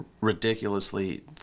ridiculously